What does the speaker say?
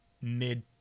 mid